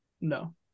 No